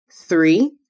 three